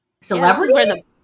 Celebrities